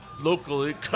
locally